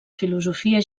filosofia